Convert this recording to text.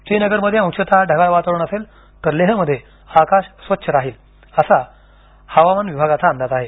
श्रीनगरमध्ये अंशतः ढगाळ वातावरण असेल तर लेहमध्ये आकाश स्वच्छ राहील असा हवामान विभागाचं अंदाज आहे